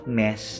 mess